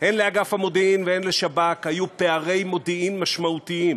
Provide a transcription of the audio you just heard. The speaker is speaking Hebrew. "הן לאגף המודיעין והן לשב"כ היו פערי מודיעין משמעותיים